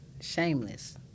Shameless